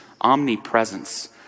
omnipresence